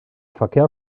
verkehr